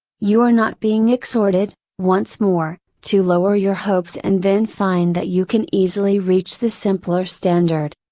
you are not being exhorted, once more, to lower your hopes and then find that you can easily reach the simpler standard.